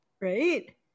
Right